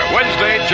Wednesday